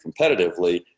competitively